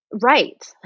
right